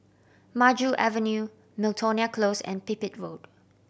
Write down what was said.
Maju Avenue Miltonia Close and Pipit Road